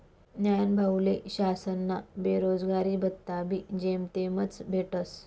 न्हानभाऊले शासनना बेरोजगारी भत्ताबी जेमतेमच भेटस